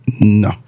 No